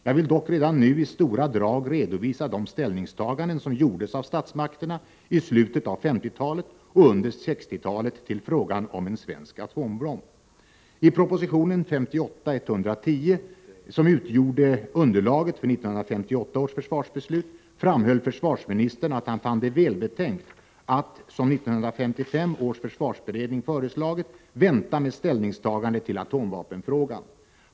Jag vill dock redan nu i stora drag redovisa de ställningstaganden som gjordes av statsmakterna i slutet av 1950-talet och under 1960-talet till frågan om en svensk atombomb. I proposition 1958:110, som utgjorde underlaget för 1958 års försvarsbeslut, framhöll försvarsministern att han fann det välbetänkt att — som 1955 års försvarsberedning föreslagit — vänta med ställningstagandet till atomvapenfrågan.